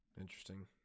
Interesting